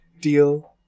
deal